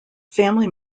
family